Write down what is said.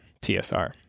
TSR